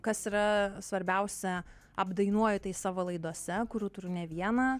kas yra svarbiausia apdainuoju tai savo laidose kurių turiu ne vieną